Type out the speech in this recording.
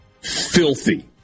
filthy